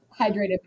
hydrated